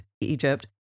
Egypt